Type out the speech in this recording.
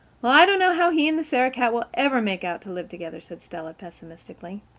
well, i don't know how he and the sarah-cat will ever make out to live together, said stella pesimistically.